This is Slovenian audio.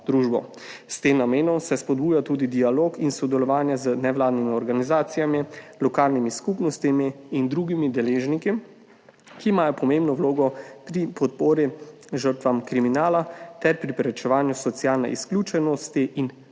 S tem namenom se spodbuja tudi dialog in sodelovanje z nevladnimi organizacijami, lokalnimi skupnostmi in drugimi deležniki, ki imajo pomembno vlogo pri podpori žrtvam kriminala ter pri preprečevanju socialne izključenosti in